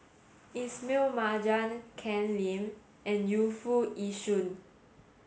Ismail Marjan Ken Lim and Yu Foo Yee Shoon